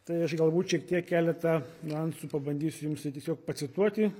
tai aš galbūt šiek tiek keletą niuansų pabandysiu jums tiesiog pacituoti